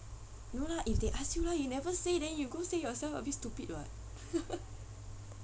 no lah if they ask you lah you never say then you go say yourself a bit stupid [what]